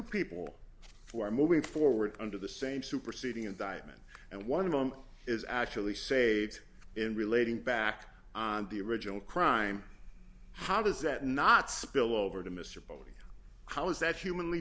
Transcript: people who are moving forward under the same superseding indictment and one of them is actually saved and relating back to the original crime how does that not spill over to mr povey how is that humanly